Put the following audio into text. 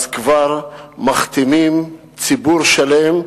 אז כבר מכתימים ציבור שלם,